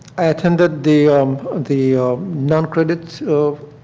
i attended the um the noncredit